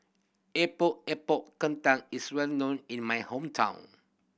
Epok Epok Kentang is well known in my hometown